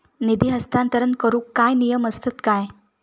निधी हस्तांतरण करूक काय नियम असतत काय?